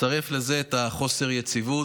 תצרף לזה את חוסר היציבות,